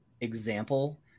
example